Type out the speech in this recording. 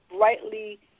rightly